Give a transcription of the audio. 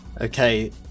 Okay